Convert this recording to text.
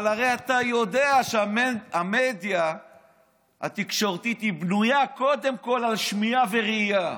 אבל הרי אתה יודע שהמדיה התקשורתית בנויה קודם כול על שמיעה וראייה,